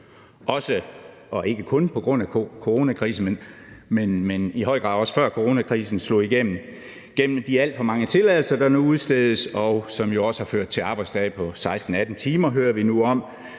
og ikke kun på grund af coronakrisen, men i høj grad også før coronakrisen slog igennem, gennem de alt for mange tilladelser, der nu udstedes, og som jo også har ført til arbejdsdage på 16-18 timer, hører vi nu om.